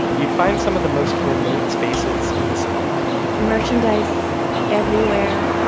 you'd find some of the most ornate spaces in the city merchandise everywhere.